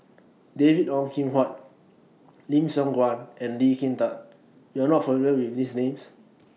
David Ong Kim Huat Lim Siong Guan and Lee Kin Tat YOU Are not familiar with These Names